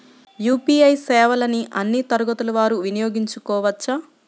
UPI సేవలని అన్నీ తరగతుల వారు వినయోగించుకోవచ్చా?